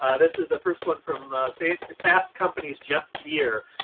ah this is the first one from fast company's, jeff beer,